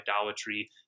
idolatry